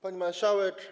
Pani Marszałek!